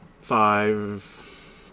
five